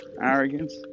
arrogance